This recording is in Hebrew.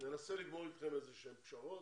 ננסה להגיע אתכם לאיזה שהן פשרות.